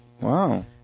Wow